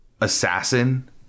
assassin